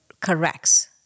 corrects